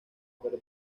pero